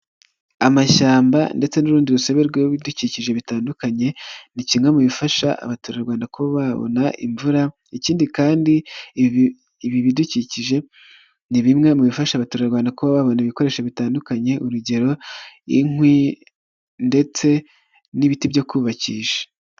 Amashyamba ndetse n'urundi rusobe rw'ibidukikije bitandukanye ni kimwe mu bifasha abaturarwanda kuba babona imvura ikindi kandi ibi bidukikije ni bimwe mu bifasha abaturarwanda kuba babona ibikoresho bitandukanye, urugero inkwi ndetse n'ibiti byo kubakisha.